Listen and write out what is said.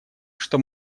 что